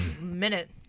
minute